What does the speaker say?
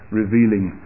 revealing